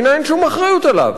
לא אחריות רפואית,